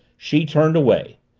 she turned away.